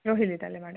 ରହିଲି ତାହେଲେ ମ୍ୟାଡ଼ାମ୍